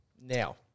Now